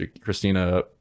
Christina